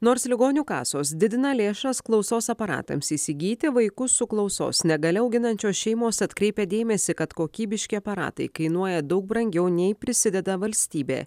nors ligonių kasos didina lėšas klausos aparatams įsigyti vaikus su klausos negalia auginančios šeimos atkreipia dėmesį kad kokybiški aparatai kainuoja daug brangiau nei prisideda valstybė